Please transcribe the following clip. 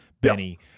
Benny